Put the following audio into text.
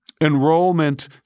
enrollment